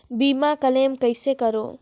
बीमा क्लेम कइसे करों?